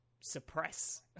suppress